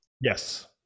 Yes